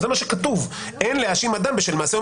אבל זה מה שכתוב: אין להאשים אדם בשל מעשה או